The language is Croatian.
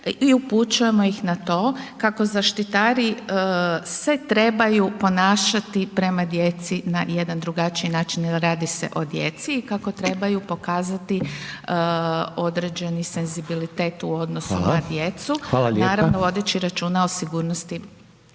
i upućujemo ih na to kako zaštitari se trebaju ponašati prema djeci na jedan drugačiji način jer radi se o djeci i kako trebaju pokazati određeni senzibilitat u odnosu na djecu naravno vodeći računa o sigurnosti,